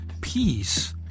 peace